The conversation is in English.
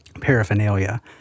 paraphernalia